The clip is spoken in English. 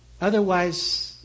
Otherwise